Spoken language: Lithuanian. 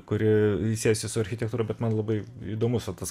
kuri siejasi su architektūra bet man labai įdomus va tas